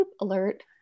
alert